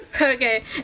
Okay